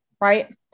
Right